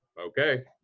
Okay